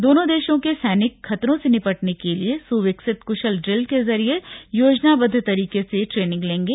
दोनों देशों के सैनिक खतरों से निपटने के लिए सुविकसित कुशल ड्रिल के जरिए योजनाबद्व तरीके से ट्रेनिंग लेंगे